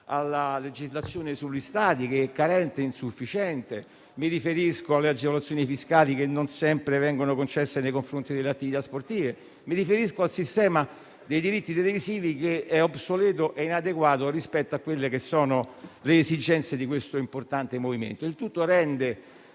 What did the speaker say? alla legislazione sugli stadi, che è carente e insufficiente, alle agevolazioni fiscali, che non sempre vengono concesse nei confronti delle attività sportive, e al sistema dei diritti televisivi, che è obsoleto e inadeguato rispetto alle esigenze di questo importante settore. Il tutto rende